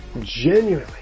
Genuinely